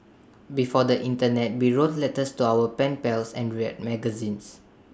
before the Internet we wrote letters to our pen pals and read magazines